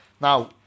Now